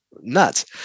nuts